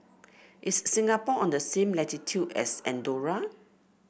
is Singapore on the same latitude as Andorra